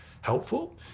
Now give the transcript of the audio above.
helpful